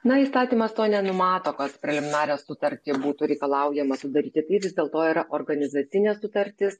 na įstatymas to nenumato kad preliminarią sutartį būtų reikalaujama sudaryti tai vis dėlto yra organizacinė sutartis